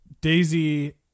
Daisy